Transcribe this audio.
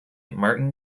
martin